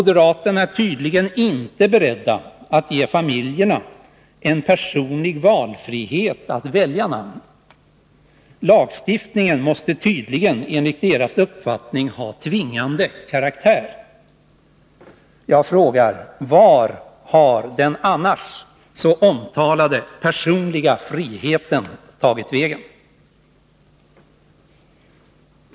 De är tydligen inte beredda att ge familjerna en personlig frihet att välja namn. Lagstiftningen måste tydligen enligt deras uppfattning ha tvingande karaktär. Vart har den annars så omtalade personliga friheten tagit vägen?